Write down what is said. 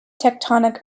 tectonic